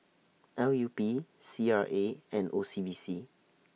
L U P C R A and O C B C